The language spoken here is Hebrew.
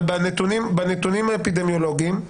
בנתונים האפידמיולוגיים,